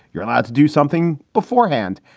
you're allowed to do something beforehand.